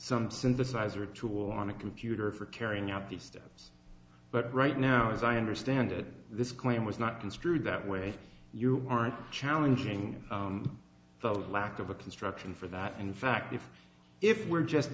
some synthesizer tool on a computer for carrying out the steps but right now as i understand it this claim was not construed that way you aren't challenging the lack of a construction for that in fact if if were just